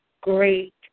great